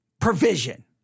provision